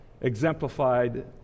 exemplified